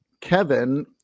Kevin